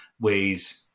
ways